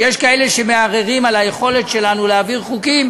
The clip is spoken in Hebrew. כשיש כאלה שמערערים על היכולת שלנו להעביר חוקים,